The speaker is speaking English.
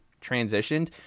transitioned